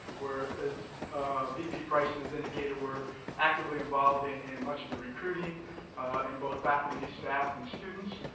we're, as vp fryson has indicated, we're actively involved in and much of the recruiting in both faculty, staff, and students.